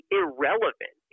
irrelevant